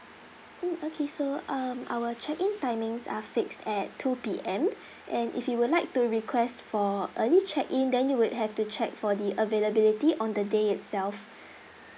mm okay so um our check in timings are fixed at two P_M and if you would like to request for early check in then you would have to check for the availability on the day itself